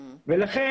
לכן,